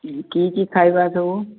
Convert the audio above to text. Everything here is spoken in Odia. କି କି ଖାଇବା ସବୁ